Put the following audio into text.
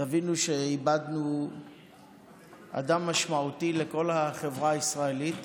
תבינו שאיבדנו אדם משמעותי לכל החברה הישראלית,